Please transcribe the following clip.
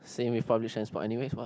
saying with public transport anyways what